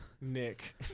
Nick